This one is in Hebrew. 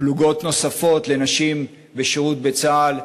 פלוגות נוספות לנשים בשירות בצה"ל,